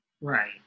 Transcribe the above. Right